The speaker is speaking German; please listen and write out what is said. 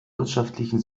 wirtschaftlichen